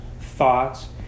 thoughts